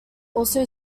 also